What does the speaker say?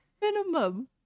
Minimum